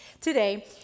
today